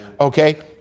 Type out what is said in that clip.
Okay